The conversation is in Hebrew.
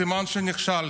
אז סימן שנכשלת.